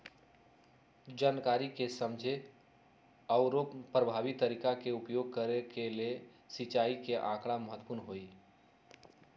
जनकारी के समझे आउरो परभावी तरीका के उपयोग करे के लेल सिंचाई के आकड़ा महत्पूर्ण हई